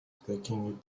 taking